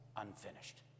unfinished